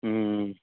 ਹੂੰ